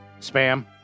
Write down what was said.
Spam